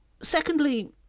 Secondly